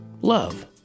love